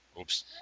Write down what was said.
Oops